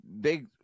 big